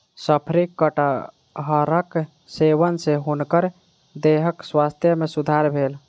शफरी कटहरक सेवन सॅ हुनकर देहक स्वास्थ्य में सुधार भेल